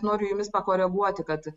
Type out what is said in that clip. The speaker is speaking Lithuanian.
noriu jumis pakoreguoti kad